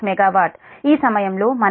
6 MW ఈ సమయంలో మనము 69